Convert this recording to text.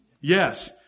Yes